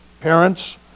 parents